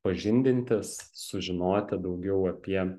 pažindintis sužinoti daugiau apie